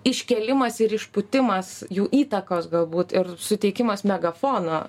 iškėlimas ir išpūtimas jų įtakos galbūt ir suteikimas megafono